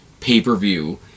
pay-per-view